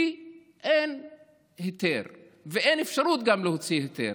כי אין היתר וגם אין אפשרות להוציא היתר.